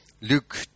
Luke